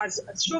שוב,